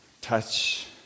touch